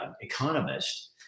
economist